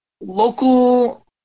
local